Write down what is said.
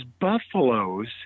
buffaloes